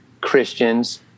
Christians